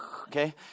okay